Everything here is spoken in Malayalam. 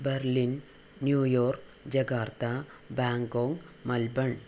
Berlin New York Jakarta Bangkok Melbourne